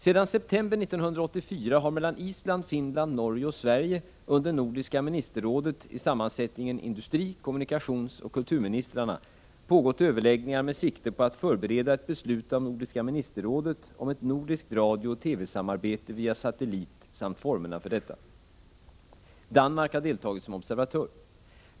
Sedan september 1984 har mellan Island, Finland, Norge och Sverige under Nordiska ministerrådet i sammansättningen industri-, kommunikationsoch kulturministrarna pågått överläggningar med sikte på att förbereda ett beslut av Nordiska ministerrådet om ett nordiskt radiooch TV samarbete via satellit samt formerna för detta. Danmark har deltagit som observatör.